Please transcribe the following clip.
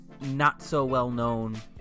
not-so-well-known